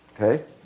Okay